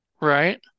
right